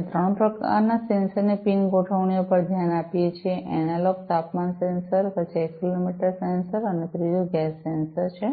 આપણે 3 પ્રકારના સેન્સરની પિન ગોઠવણીઓ પર ધ્યાન આપીએ છે - એનાલોગ તાપમાન સેન્સર પછી એક્સેલેરોમીટર સેન્સર અને ત્રીજું ગેસ સેન્સર છે